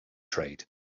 trade